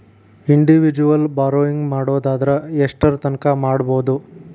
Individual borrowing ಮಾಡೊದಾರ ಯೆಷ್ಟರ್ತಂಕಾ ಮಾಡ್ಬೋದು?